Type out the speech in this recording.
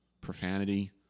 profanity